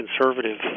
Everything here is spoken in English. conservative